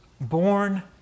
born